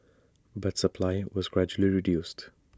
but supply was gradually reduced